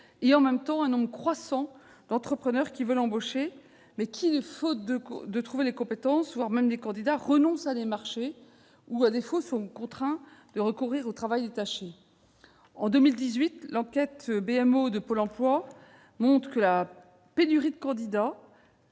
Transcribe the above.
et, d'autre part, d'un nombre croissant d'entrepreneurs qui veulent embaucher, mais qui, faute de trouver les compétences, voire même des candidats, renoncent à des marchés ou à défaut sont contraints à recourir au travail détaché. En 2018, l'enquête besoins en main-d'oeuvre, ou BMO, de Pôle emploi, montre que la pénurie de candidats